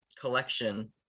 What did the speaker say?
collection